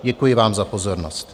Děkuji vám za pozornost.